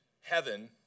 heaven